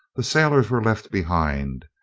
the sailors were left behind,